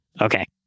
Okay